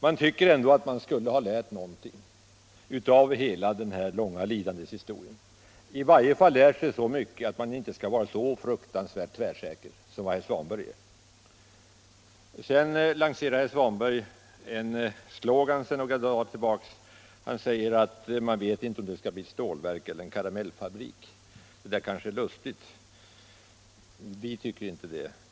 Man tycker ändå att de skulle ha lärt någonting av denna långa lidandes historia, i varje fall så mycket att man inte skall vara så fruktansvärt tvärsäker som herr Svanberg är. Herr Svanberg framförde en slogan, lanserad för några dagar sedan, nämligen att man inte vet om det skall bli ett stålverk eller en karamellfabrik. Det skall kanske vara en lustighet, men vi tycker inte att den är lustig.